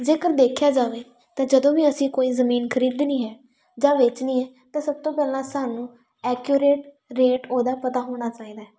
ਜੇਕਰ ਦੇਖਿਆ ਜਾਵੇ ਤਾਂ ਜਦੋਂ ਵੀ ਅਸੀਂ ਕੋਈ ਜ਼ਮੀਨ ਖਰੀਦਣੀ ਹੈ ਜਾਂ ਵੇਚਣੀ ਹੈ ਤਾਂ ਸਭ ਤੋਂ ਪਹਿਲਾਂ ਸਾਨੂੰ ਐਕੋਓਰੇਟ ਰੇਟ ਉਹਦਾ ਪਤਾ ਹੋਣਾ ਚਾਹੀਦਾ